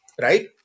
Right